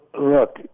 Look